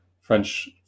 French